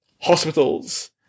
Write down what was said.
hospitals